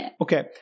Okay